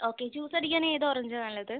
okay juice അടിക്കാൻ ഏതാ ഓറഞ്ചാ നല്ലത്